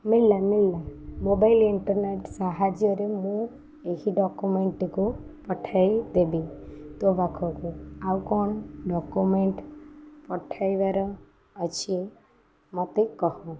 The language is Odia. ମଳିଲା ମିଲିଲା ମୋବାଇଲ୍ ଇଣ୍ଟର୍ନେଟ୍ ସାହାଯ୍ୟରେ ମୁଁ ଏହି ଡ଼କ୍ୟୁମେଣ୍ଟଟିକୁ ପଠାଇଦେବି ତୋ ପାଖକୁ ଆଉ କ'ଣ ଡ଼କ୍ୟୁମେଣ୍ଟ ପଠାଇବାର ଅଛି ମୋତେ କହ